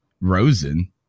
Rosen